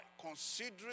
Considering